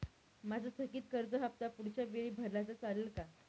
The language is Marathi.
माझा थकीत कर्ज हफ्ता पुढच्या वेळी भरला तर चालेल का?